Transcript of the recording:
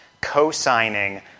co-signing